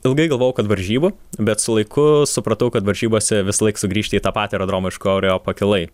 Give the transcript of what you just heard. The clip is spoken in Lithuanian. ilgai galvojau kad varžybų bet su laiku supratau kad varžybose visąlaik sugrįžti į tą patį aerodromą iš kurio pakilai